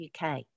UK